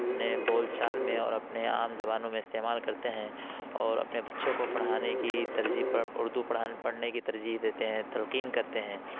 اپنے بول چال میں اور اپنے عام زبانوں میں استعمال کرتے ہیں اور اپنے بچوں کو پڑھانے کی ترجیح اردو پڑھا پڑھنے کی ترجیح دیتے ہیں تلقین کرتے ہیں